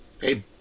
Hey